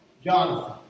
Jonathan